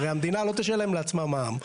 הרי המדינה לא תשלם לעצמה מע"מ.